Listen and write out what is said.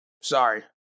Sorry